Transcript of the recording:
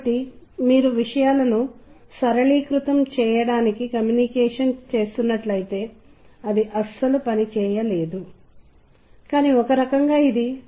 కాబట్టి దానితో సంగీతం జతచేయబడినప్పుడు అనుభవం ఎంత విలక్షణంగా ఉంటుందో అది చాలా స్పష్టంగా తెలియజేస్తుందని నేను నమ్ముతున్నాను